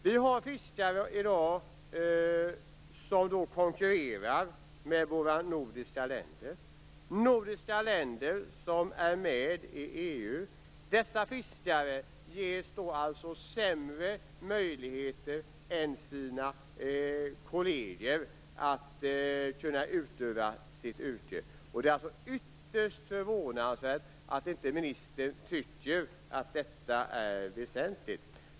Vi har fiskare i dag som konkurrerar med fiskare från våra nordiska länder som är med i EU. Dessa svenska fiskare ges alltså sämre möjligheter än deras kolleger att utöva sitt yrke. Det är ytterst förvånansvärt att inte ministern tycker att detta är väsentligt.